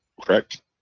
correct